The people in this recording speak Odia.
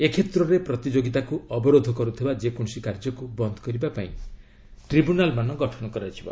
ଏ କ୍ଷେତ୍ରରେ ପ୍ରତିଯୋଗୀତାକୁ ଅବରୋଧ କରୁଥିବା ଯେକୌଣସି କାର୍ଯ୍ୟକୁ ବନ୍ଦ କରିବା ଲାଗି ଟ୍ରିବ୍ୟୁନାଲ୍ମାନ ଗଠନ କରାଯିବ